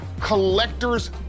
collector's